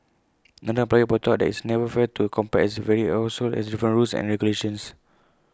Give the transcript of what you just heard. another employer pointed out that it's never fair to compare as every household has different rules and regulations